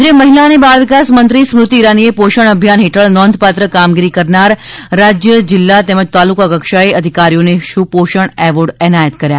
કેન્દ્રીય મહિલા અને બાળવિકાસ મંત્રી સ્મ્રતિ ઇરાનીએ પોષણ અભિયાન હેઠળ નોંધપાત્ર કામગીરી કરનાર રાજ્ય જિલ્લા તેમજ તાલુકા કક્ષાના અધિકારીઓને સુપોષણ એવોર્ડ એનાયત કર્યા